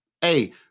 Hey